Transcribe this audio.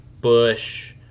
Bush